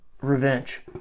Revenge